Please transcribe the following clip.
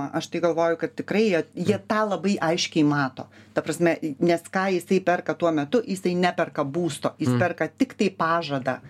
aš tai galvoju kad tikrai jie jie tą labai aiškiai mato ta prasme nes ką jisai perka tuo metu jisai neperka būsto jis perka tiktai pažadą